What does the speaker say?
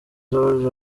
george